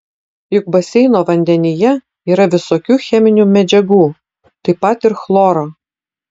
juk baseino vandenyje yra visokių cheminių medžiagų taip pat ir chloro